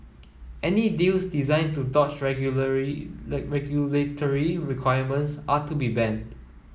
any deals designed to dodge regulatory requirements are to be banned